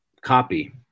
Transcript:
copy